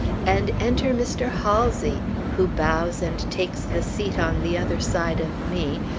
and enter mr. halsey, who bows and takes the seat on the other side of me,